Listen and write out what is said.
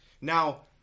Now